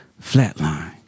flatline